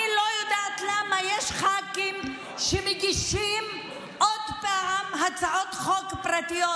אני לא יודעת למה יש ח"כים שמגישים עוד פעם הצעות חוק פרטיות.